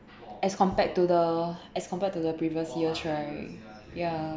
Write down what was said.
as compared to the as compared to the previous years right ya